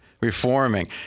reforming